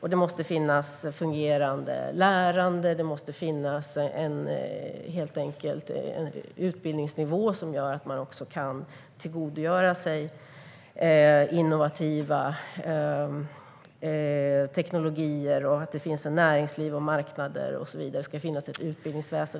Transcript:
Det måste finnas fungerande lärande och en utbildningsnivå som gör att man kan tillgodogöra sig innovativ teknologi. Det måste finnas ett näringsliv, marknader och ett utbildningsväsen.